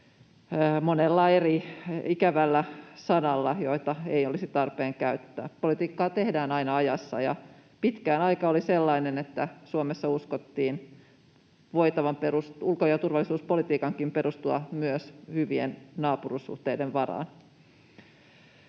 monella eri ikävällä sanalla, joita ei olisi tarpeen käyttää. Politiikkaa tehdään aina ajassa, ja pitkään aika oli sellainen, että Suomessa uskottiin myös ulko- ja turvallisuuspolitiikan voivan perustua hyvien naapuruussuhteiden varaan.